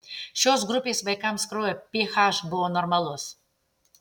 šios grupės vaikams kraujo ph buvo normalus